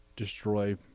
destroy